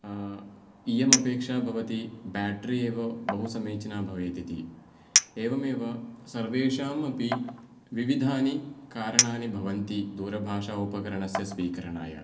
इयम् अपेक्षा भवति बेट्री एव बहुसमीचीना भवेत् इति एवमेव सर्वेषाम् अपि विविधानि कारणानि भवन्ति दूरभाषा उपकरणस्य स्वीकरणाय